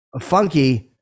funky